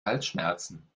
halsschmerzen